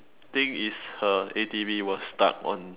thing is her A_T_V was stuck on